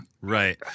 Right